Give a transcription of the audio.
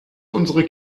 unsere